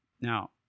Now